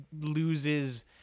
loses